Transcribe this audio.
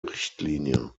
richtlinie